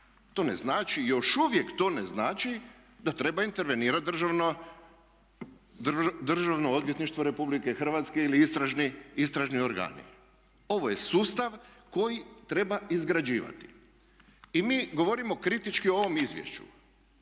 To ne znači, još uvijek to ne znači da treba intervenirati Državno odvjetništvo Republike Hrvatske ili istražni organi. Ovo je sustav koji treba izgrađivati. I mi govorimo kritički o ovom izvješću.